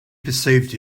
perceived